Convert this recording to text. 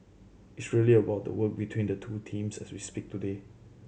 it's really about the work between the two teams as we speak today